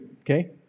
okay